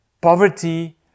poverty